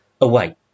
away